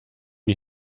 die